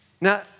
Now